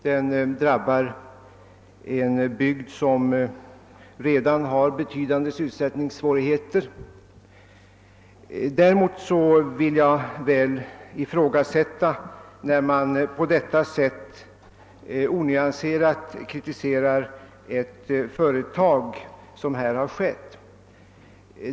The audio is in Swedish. Den drabbar en bygd som har betydande sysselsättningssvårigheter. Däremot vill jag ifrågasätta det berättigade i den onyanserade kritik vilken här framförts mot ett företag.